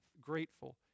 grateful